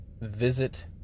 visit